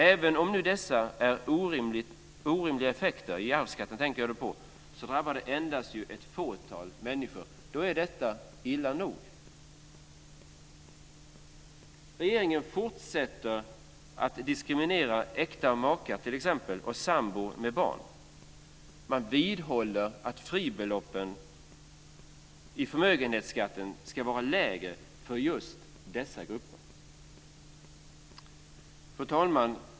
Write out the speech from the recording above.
Även om dessa orimliga effekter i arvsskatten drabbar endast ett fåtal människor så är det illa nog. Regeringen fortsätter att diskriminera t.ex. äkta makar och sambor med barn. Den vidhåller att fribeloppen i förmögenhetsskatten ska vara lägre för just dessa grupper. Fru talman!